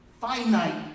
finite